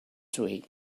sweet